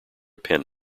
pen